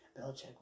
Belichick